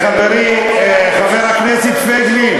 חברי חבר הכנסת פייגלין,